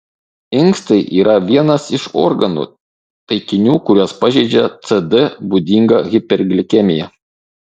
inkstai yra vienas iš organų taikinių kuriuos pažeidžia cd būdinga hiperglikemija